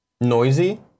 Noisy